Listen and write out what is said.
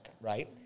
right